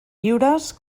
lliures